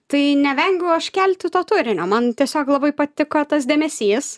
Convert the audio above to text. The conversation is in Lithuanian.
tai nevengiau aš kelti to turinio man tiesiog labai patiko tas dėmesys